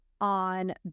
on